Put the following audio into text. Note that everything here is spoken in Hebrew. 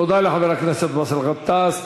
תודה לחבר הכנסת באסל גטאס.